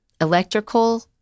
electrical